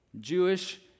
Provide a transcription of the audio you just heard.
Jewish